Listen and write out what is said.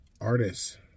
artists